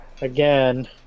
again